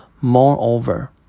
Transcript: Moreover